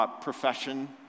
profession